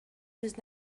was